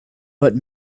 but